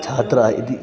छात्राः इति